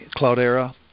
Cloudera